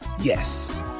yes